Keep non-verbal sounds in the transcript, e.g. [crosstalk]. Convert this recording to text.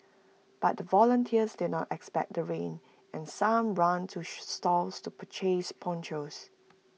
but the volunteers did not expect the rain and some ran to [unintelligible] stores to purchase ponchos